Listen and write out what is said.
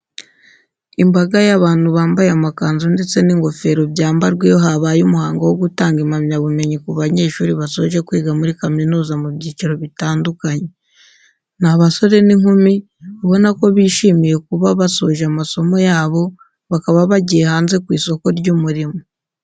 Imbaga y'abantu bambaye amakanzu ndetse n'ingofero byambarwa iyo habaye umuhango wo gutanga impamyabumenyi ku banyeshuri basoje kwiga muri kaminuza mu byiciro butandkanye. Ni abasore n'inkumi, ubona ko bishimiye kuba basoje amasomo yabo bakaba bagiye hanze ku isoko ry'umurimo.